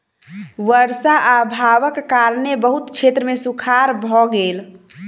वर्षा अभावक कारणेँ बहुत क्षेत्र मे सूखाड़ भ गेल